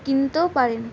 কিনতেও পারেন